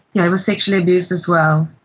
yeah was sexually abused as well.